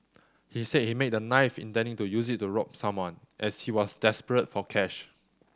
he said he made the knife intending to use it to rob someone as he was desperate for cash